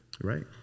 Right